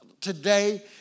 today